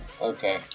okay